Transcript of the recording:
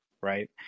right